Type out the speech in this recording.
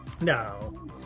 No